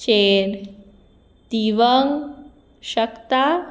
चेर दिवंक शकता